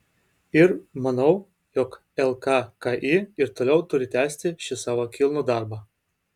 ir manau jog lkki ir toliau turi tęsti šį savo kilnų darbą